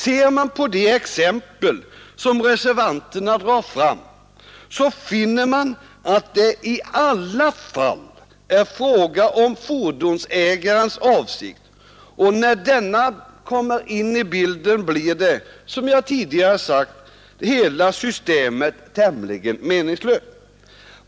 Ser vi på de exempel som reservanterna drar fram finner vi att det i dessa fall är fråga om fordonsägarens avsikt, och när denna kommer in i bilden blir som jag tidigare sagt hela systemet tämligen meningslöst.